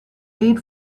lead